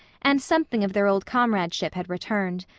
and something of their old comradeship had returned.